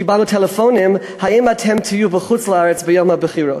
קיבלנו טלפונים: האם אתם תהיו בחוץ-לארץ ביום הבחירות?